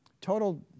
Total